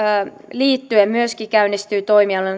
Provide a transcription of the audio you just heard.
liittyen myöskin käynnistyy toimia